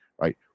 Right